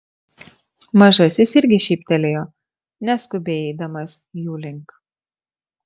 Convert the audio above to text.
mažasis irgi šyptelėjo neskubiai eidamas jų link